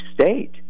state